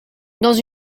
dans